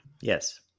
Yes